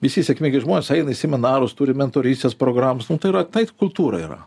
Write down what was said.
visi sėkmingi žmonės eina į seminarus turi mentorystės programas nu tai yra tai kultūra yra